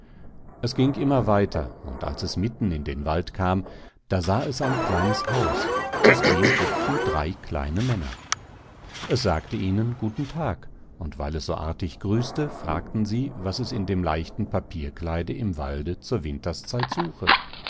es ging immer weiter und als es mitten in den wald kam da sah es ein kleines haus aus dem guckten drei kleine männer es sagte ihnen guten tag und weil es so artig grüßte fragten sie was es in dem leichten papierkleide im walde zur winterszeit suche